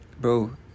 Bro